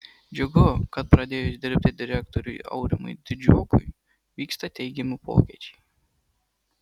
džiugu kad pradėjus dirbti direktoriui aurimui didžiokui vyksta teigiami pokyčiai